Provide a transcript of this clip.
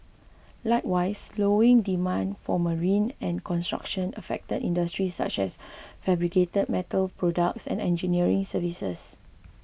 likewise slowing demand for marine and construction affected industries such as fabricated metal products and engineering services